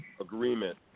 agreement